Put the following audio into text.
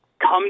come